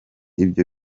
ibyo